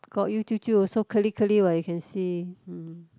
Kok-Yew 舅舅 also curly curly what you can see hmm